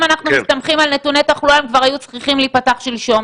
אנחנו מסתמכים על נתוני תחלואה הם כבר היו צריכים להיפתח שלשום.